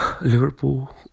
Liverpool